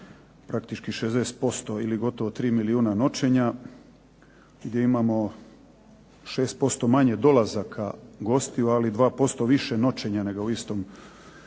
praktički 60% ili gotovo 3 milijuna noćenja gdje imamo 6% manje dolazaka gostiju ali 2% više noćenja nego u istom